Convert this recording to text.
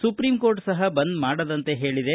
supreme court ಸಪ ಬಂದ್ ಮಾಡದಂತೆ ಹೇಳಿದೆ